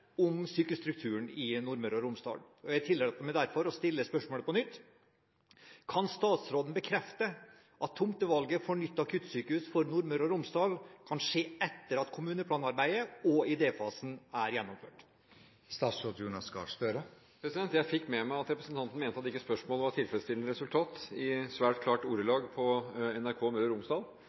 sykehusstrukturen i Nordmøre og Romsdal. Jeg tillater meg derfor å stille spørsmålet på nytt. Kan statsråden bekrefte at tomtevalget kan skje etter at kommuneplanarbeidet og idéfasen er gjennomført?» Jeg fikk med meg at representanten Dahl mente at spørsmålet ikke var tilfredsstillende besvart – i svært klart ordelag på NRK Møre og Romsdal.